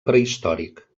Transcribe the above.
prehistòric